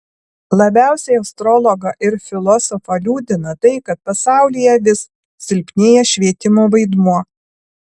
labiausiai astrologą ir filosofą liūdina tai kad pasaulyje vis silpnėja švietimo vaidmuo